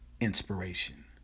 inspiration